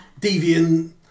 deviant